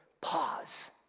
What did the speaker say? pause